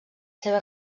seva